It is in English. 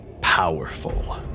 powerful